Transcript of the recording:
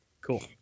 cool